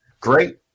Great